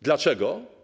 Dlaczego?